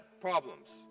problems